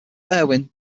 erwin